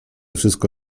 wszystko